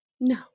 No